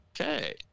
Okay